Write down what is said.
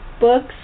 Books